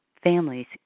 families